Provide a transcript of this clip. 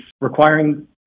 requiring